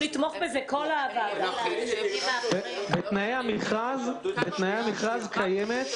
לגבי העניין שדיברו עליו בדיוק